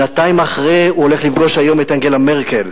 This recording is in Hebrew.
שנתיים אחרי הוא הולך לפגוש היום את אנגלה מרקל,